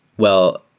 well,